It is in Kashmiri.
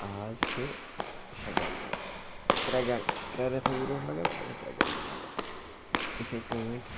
آز چھِ شےٚ گنٛٹہٕ لَگان ترٛےٚ گَنٹہٕ ترٛےٚ رٮ۪تھ ٲسۍ برٛونٛٹھ لَگان اَز چھِ ترٛےٚ گَنٹہٕ لَگان یِتھَے کٔٹھۍ